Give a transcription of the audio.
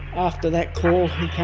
after that call